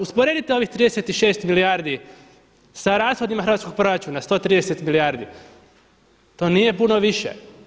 Usporedite ovih 36 milijardi sa rashodima hrvatskog proračuna 130 milijardi, to nije puno više.